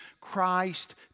Christ